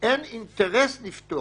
שאין לה אינטרס לפתור.